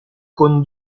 con